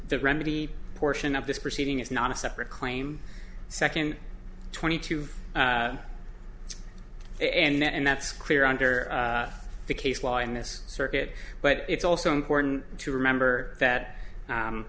the remedy portion of this proceeding is not a separate claim second twenty two and that's clear under the case law in this circuit but it's also important to remember that